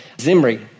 Zimri